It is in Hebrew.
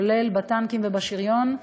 כולל בטנקים ובשריון.